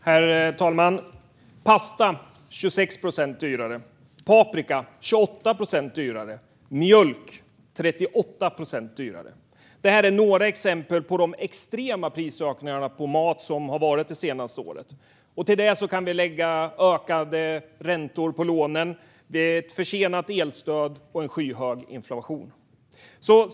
Herr talman! Pasta är 26 procent dyrare. Paprika är 28 procent dyrare. Mjölk är 38 procent dyrare. Detta är några exempel på de extrema prisökningar på mat som har varit under det senaste året. Till det kan vi lägga höjda räntor på lånen, ett försenat elstöd och en skyhög inflation.